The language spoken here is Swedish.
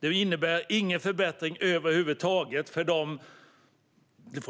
Det innebär ingen förbättring över huvud taget för de 1